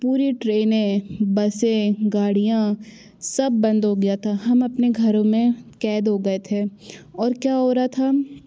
पूरी ट्रेनें बसें गाड़ियाँ सब बंद हो गया था हम अपने घरों में कैद हो गए थे और क्या हो रहा था